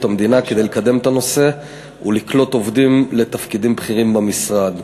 המדינה כדי לקדם את הנושא ולקלוט עובדים לתפקידים בכירים במשרד.